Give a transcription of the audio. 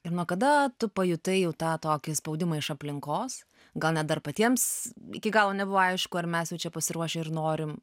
ir nuo kada tu pajutai jau tą tokį spaudimą iš aplinkos gal net dar patiems iki galo nebuvo aišku ar mes jau čia pasiruošę ir norim